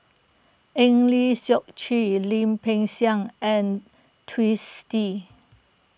Eng Lee Seok Chee Lim Peng Siang and Twisstii